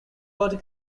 word